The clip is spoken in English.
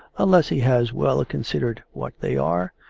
unless he has well considered what they are,